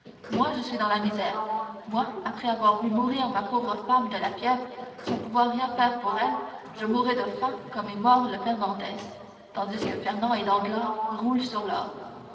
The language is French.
moi je suis dans la misère moi après avoir vu mourir ma pauvre femme de la fièvre sans pouvoir rien faire pour elle je mourrai de faim comme est mort le père dantès tandis que fernand et danglars roulent sur l'or